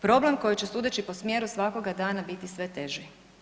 Problem koji će sudeći po smjeru svakoga dana biti sve teži.